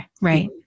Right